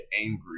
angry